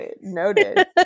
noted